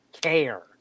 care